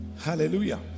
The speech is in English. Hallelujah